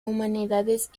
humanidades